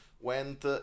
went